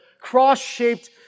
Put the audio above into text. cross-shaped